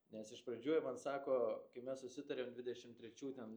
nes iš pradžių jie man sako kai mes susitarėm dvidešim trečių ten